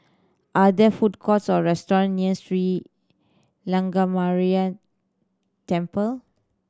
are there food courts or restaurant near Sri Lankaramaya Temple